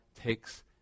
takes